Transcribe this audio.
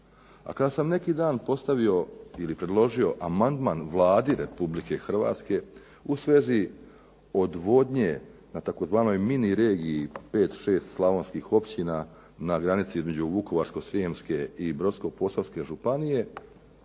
A kada sam neki dan postavio ili predložio amandman Vladi RH u svezi odvodnje na tzv. mini regiji 5,6 slavonskih općina na granici između Vukovarsko-srijemske i Brodsko-posavske županije